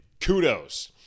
kudos